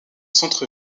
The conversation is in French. centre